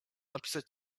napisać